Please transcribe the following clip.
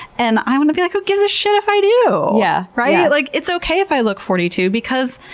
and i want to be like, who gives a shit if i do? yeah right? yeah like, it's okay if i look forty two because,